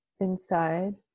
inside